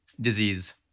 disease